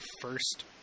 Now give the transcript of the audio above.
first